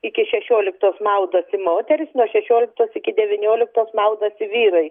iki šešioliktos maudosi moterys nuo šešioliktos iki devynioliktos maudosi vyrai